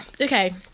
Okay